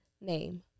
name